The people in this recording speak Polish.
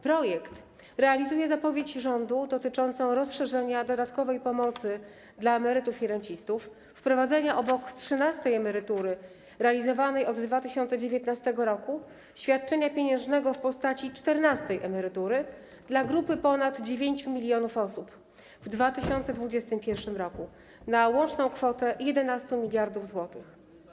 Projekt realizuje zapowiedź rządu dotyczącą rozszerzenia dodatkowej pomocy dla emerytów i rencistów, czyli wprowadzenia obok trzynastej emerytury realizowanej od 2019 r. świadczenia pieniężnego w postaci czternastej emerytury dla grupy ponad 9 mln osób w 2021 r. na łączną kwotę 11 mld zł.